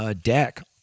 deck